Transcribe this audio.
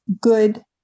good